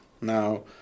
Now